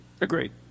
Agreed